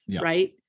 right